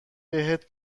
بهت